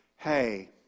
Hey